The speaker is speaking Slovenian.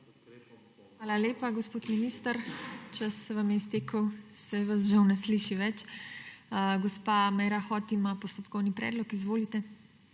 Hvala lepa, gospod minister. Čas se vam je iztekel, žal se vas ne sliši več. Gospa Meira Hot ima postopkovni predlog. Izvolite.